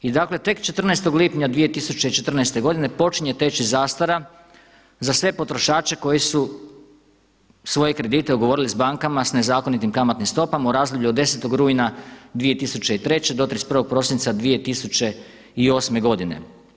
I dakle, tek 14. lipnja 2014. godine počinje teći zastara za sve potrošače koji su svoje kredite ugovorili sa bankama sa nezakonitim kamatnim stopama u razdoblju od 10. rujna 2003. do 31. prosinca 2008. godine.